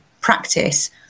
practice